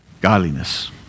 godliness